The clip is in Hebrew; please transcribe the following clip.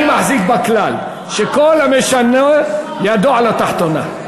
אני מחזיק בכלל שכל המשנה ידו על התחתונה.